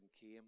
came